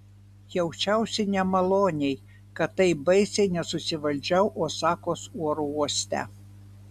jaučiausi nemaloniai kad taip baisiai nesusivaldžiau osakos oro uoste